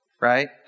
right